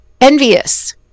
envious